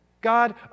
God